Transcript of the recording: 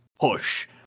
push